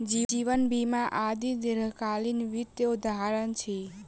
जीवन बीमा आदि दीर्घकालीन वित्तक उदहारण अछि